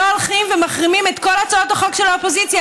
לא הולכים ומחרימים את כל הצעות של האופוזיציה,